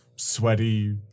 Sweaty